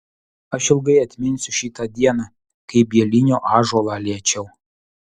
aš ilgai atminsiu šitą dieną kai bielinio ąžuolą liečiau